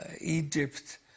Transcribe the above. Egypt